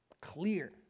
clear